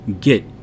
Get